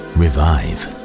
revive